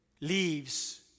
leaves